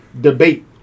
debate